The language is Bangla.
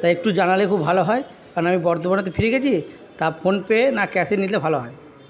তা একটু জানালে খুব ভালো হয় কারণ আমি বর্ধমানে তো ফিরে গেছি তা ফোনপে না ক্যাশে নিলে ভালো হয়